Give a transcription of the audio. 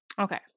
Okay